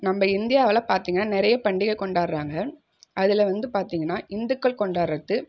நம்ம இந்தியாவில் பார்த்திங்கன்னா நிறைய பண்டிகை கொண்டாடுறாங்க அதில் வந்து பார்த்திங்கன்னா இந்துக்கள் கொண்டாடுவது